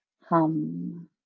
hum